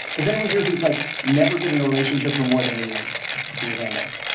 is anyone here who's like never been in a relationship for more than a year? put your hand up.